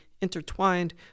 intertwined